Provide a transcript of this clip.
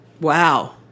Wow